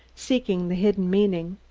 seeking the hidden meaning.